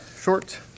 short